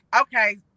okay